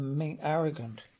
arrogant